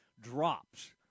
Drops